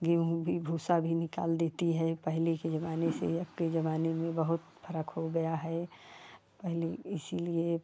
गेहूँ भी भूसा भी निकाल देती है पहले के जमाने से अब के जमाने में बहुत फर्क हो गया है पहले इसलिए